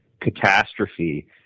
catastrophe